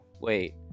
wait